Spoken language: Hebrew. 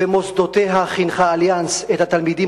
במוסדותיה חינכה "אליאנס" את התלמידים